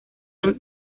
han